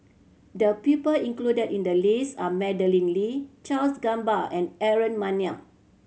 the people included in the list are Madeleine Lee Charles Gamba and Aaron Maniam